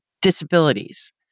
disabilities